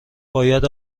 باید